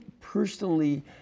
personally